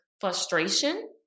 frustration